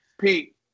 Pete